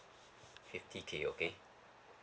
fifty K okay